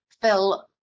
Phil